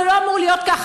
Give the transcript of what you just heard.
זה לא אמור להיות ככה.